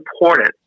important